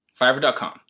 Fiverr.com